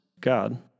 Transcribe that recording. God